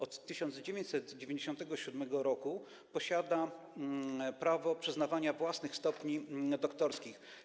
Od 1997 r. posiada prawo przyznawania własnych stopni doktorskich.